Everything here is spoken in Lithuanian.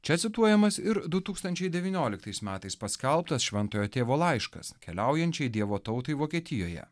čia cituojamas ir du tūkstančiai devynioliktais metais paskelbtas šventojo tėvo laiškas keliaujančiai dievo tautai vokietijoje